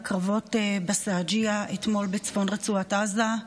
בקרבות בשג'אעיה אתמול בצפון רצועת עזה: